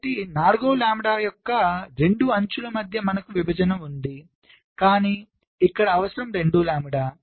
కాబట్టి 4 వ లాంబ్డా యొక్క 2 అంచుల మధ్య మనకు విభజన ఉంది కానీ ఇక్కడ అవసరం 2లాంబ్డా